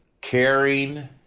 Caring